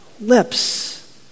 lips